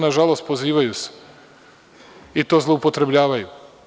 Nažalost, pozivaju se i to zloupotrebljavaju.